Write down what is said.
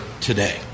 today